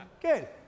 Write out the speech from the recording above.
Good